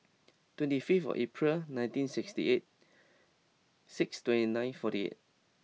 twenty fifth of April nineteen sixty eight six twenty nine forty eight